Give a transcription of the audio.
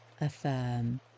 Affirm